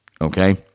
Okay